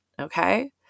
Okay